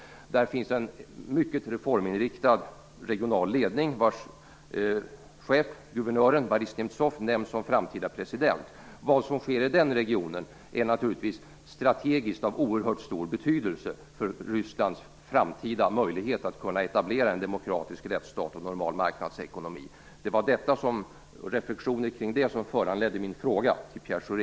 I Nizjnij Novgorod finns det en mycket reforminriktad regional ledning, vars chef, guvernör Boris Nemtsov, nämns som framtida president. Vad som sker i den regionen är strategiskt naturligtvis av oerhört stor betydelse för Rysslands framtida möjlighet att etablera en demokratisk rättsstat och en normal marknadsekonomi. Det var reflexioner kring det som föranledde min fråga till Pierre Schori.